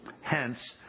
Hence